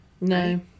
No